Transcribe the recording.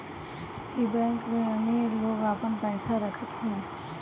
इ बैंक में अमीर लोग आपन पईसा रखत हवे